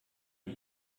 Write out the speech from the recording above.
die